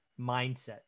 mindset